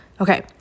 okay